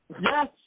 Yes